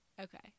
Okay